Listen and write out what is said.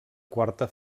quarta